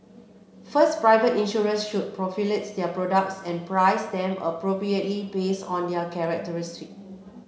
first private insurers should proliferate their products and price them appropriately based on their characteristic